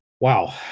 Wow